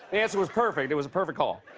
answer was perfect, it was a perfect call.